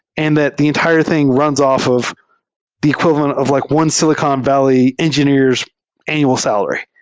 and that the entire thing runs off of the equivalent of like one silicon valley engineer's annual salary.